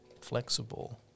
flexible